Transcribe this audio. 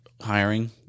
hiring